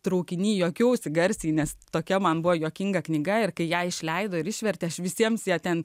traukiny juokiausi garsiai nes tokia man buvo juokinga knyga ir kai ją išleido ir išvertė aš visiems ją ten